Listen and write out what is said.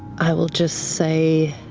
i will just say